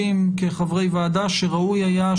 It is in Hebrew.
שחברי הוועדה,